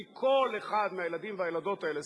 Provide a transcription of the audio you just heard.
כי כל אחד מהילדים והילדות האלה,